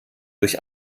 durch